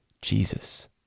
Jesus